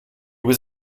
was